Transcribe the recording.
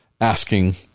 asking